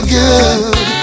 good